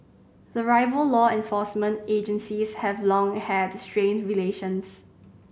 the rival law enforcement agencies have long had strained relations